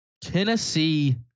Tennessee